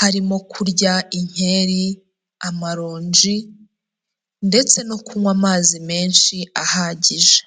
harimo kurya inkeri, amaronji ndetse no kunywa amazi menshi ahagije.